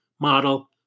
model